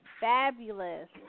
fabulous